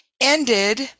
ended